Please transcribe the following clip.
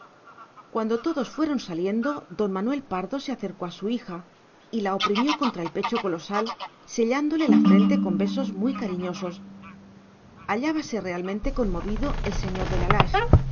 cuando todos fueron saliendo don manuel pardo se acercó a su hija y la oprimió contra el pecho colosal sellándole la frente con besos muy cariñosos hallábase realmente conmovido el señor de la lage